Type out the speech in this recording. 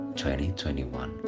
2021